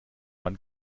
man